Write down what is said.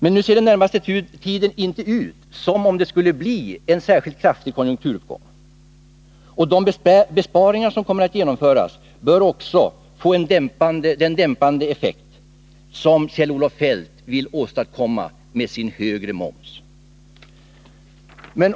Men den närmaste tiden ser det inte ut som om det skulle bli en särskilt kraftig konjunkturuppgång, och de besparingar som kommer att genomföras bör också få den dämpande effekt som Kjell-Olof Feldt vill åstadkomma med sin högre moms.